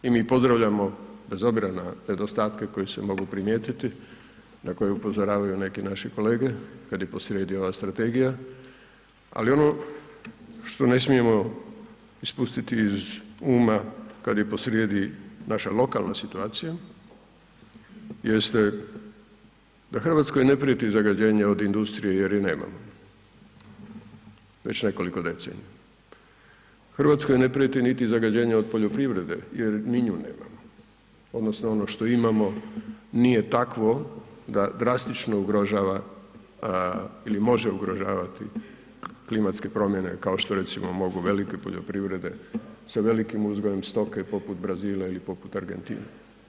I mi pozdravljamo bez obzira na nedostatke koji se mogu primijetiti, na koje upozoravaju neki naši kolege kad je po srijedi ova strategija ali ono što ne smije ispustiti iz uma kad je posrijedi naša lokalna situacija jeste da Hrvatskoj ne prijeti zagađenje od industrije jer je nemamo već nekoliko decenija, Hrvatskoj ne prijeti niti zagađenje od poljoprivrede jer ni nju nemamo odnosno ono što imamo nije takvo da drastično ugrožava ili može ugrožavati klimatske promjene kao što recimo mogu velike poljoprivrede sa velikim uzgojem stoke poput Brazila ili poput Argentine.